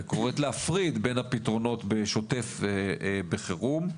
וקוראת להפריד בין הפתרונות בשוטף ובין פתרונות לחירום.